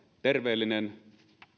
terveellinen